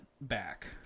back